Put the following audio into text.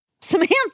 Samantha